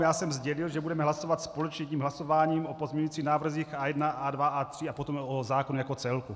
Já jsem sdělil, že budeme hlasovat společně jedním hlasováním o pozměňujících návrzích A1, A2 a A3 a potom o zákonu jako celku.